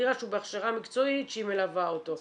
דירה שהוא בכשרה מקצועית שהיא מלווה אותו.